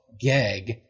gag